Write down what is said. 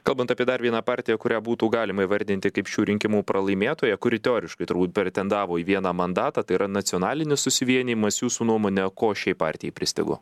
kalbant apie dar vieną partiją kurią būtų galima įvardinti kaip šių rinkimų pralaimėtoją kuri teoriškai turbūt pretendavo į vieną mandatą tai yra nacionalinis susivienijimas jūsų nuomone ko šiai partijai pristigo